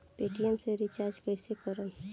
Paytm से recharge कईसे करम?